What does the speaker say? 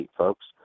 folks